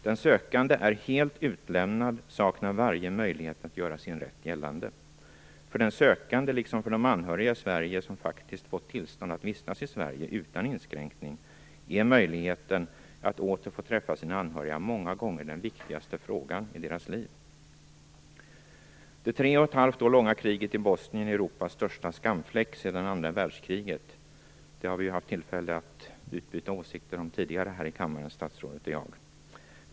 Den sökande är helt utlämnad och saknar varje möjlighet att göra sin rätt gällande. För den sökande liksom för de anhöriga i Sverige som faktiskt fått tillstånd att vistas i Sverige utan inskränkning är möjligheten att åter få träffa sina anhöriga många gånger den viktigaste frågan i livet. Europas största skamfläck sedan andra världskriget. Det har statsrådet och jag tidigare här i kammaren haft tillfälle att utbyta åsikter om.